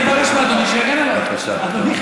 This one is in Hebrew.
מה זה, להגן עליי.